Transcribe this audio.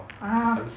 !huh!